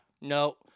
no